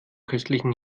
köstlichen